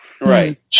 Right